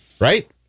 Right